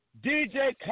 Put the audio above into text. DJ